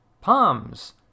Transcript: Palms